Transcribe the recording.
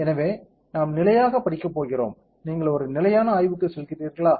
எனவே நாம் நிலையாகப் படிக்கப் போகிறோம் நீங்கள் ஒரு நிலையான ஆய்வுக்குச் செல்கிறீர்களா